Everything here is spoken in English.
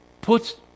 put